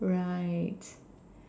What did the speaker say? right